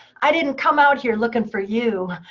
i didn't come out here looking for you.